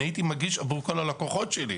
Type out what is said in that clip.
אני הייתי מגיש עבור כל הלקוחות שלי.